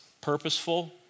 purposeful